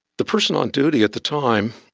the person on duty at the time,